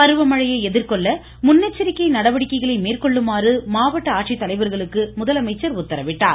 பருவமழையை எதிர்கொள்ள முன்னெச்சரிக்கை நடவடிக்கை மேற்கொள்ளுமாறு மாவட்ட ஆட்சியர்களுக்கு முதலமைச்சர் அறிவுறுத்தினார்